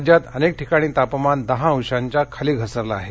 राज्यात अनेक ठिकाणी तापमान दहा अंशांच्या खाली घसरलं आहे